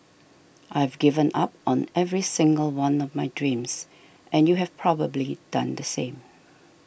I've given up on every single one of my dreams and you have probably done the same